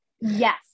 Yes